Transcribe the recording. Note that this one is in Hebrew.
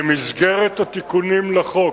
במסגרת התיקונים לחוק,